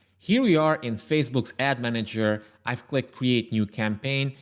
here we are in facebook. ad manager, i've clicked create new campaign.